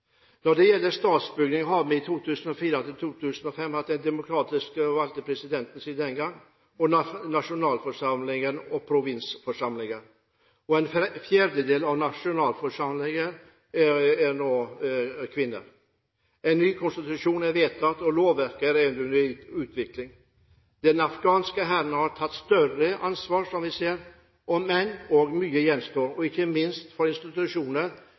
Når det gjelder statsbygging, har vi siden 2004/2005 hatt demokratisk valgt president, nasjonalforsamling og provinsforsamlinger. En fjerdedel av nasjonalforsamlingens medlemmer er kvinner. En ny konstitusjon er vedtatt, og lovverket er under utvikling. Den afghanske hæren har tatt større ansvar, som vi ser. Men mye gjenstår, ikke minst når det gjelder institusjoner